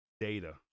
data